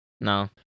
No